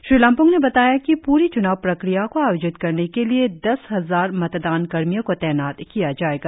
श्री लमप्ंग ने बताया कि प्री च्नाव प्रक्रिया को आयोजित करने के लिए दस हजार मतदान कर्मियों को तैनात किया जाएगा